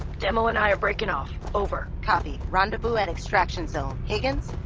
demo and i are breaking off. over copy. rendezvous at extraction zone. higgins,